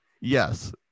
Yes